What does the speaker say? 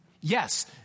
Yes